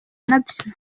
nabyo